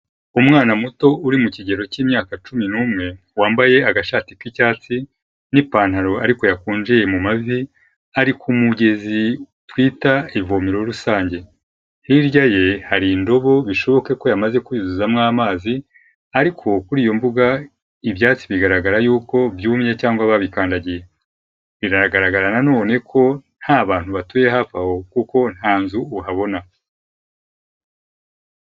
Umwana muto uri mu kigero cy'imyaka cumi numwe wambaye agashati k'icyatsi n'ipantaro ariko yakunjiye mu mavi hari mugezi twita ivomero rusange hirya ye hari indobo bishoboke ko yamaze kuzuzamo amazi ariko kuri iyo mbuga ibyatsi bigaragara yuko byumye cyangwa babikandagiye biragaragara na none ko ntabantu batuye hafi aho kuko nta nzu uhabona.